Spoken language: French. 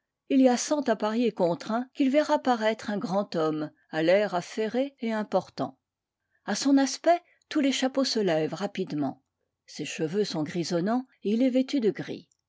il y a cent à parier contre un qu'il verra paraître un grand homme à l'air affairé et important a son aspect tous les drapeaux se lèvent rapidement ses cheveux sont grisonnants et il est vêtu de gris